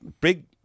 big